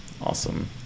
awesome